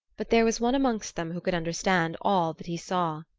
but there was one amongst them who could understand all that he saw.